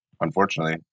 unfortunately